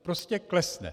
Prostě klesne.